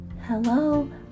Hello